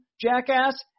jackass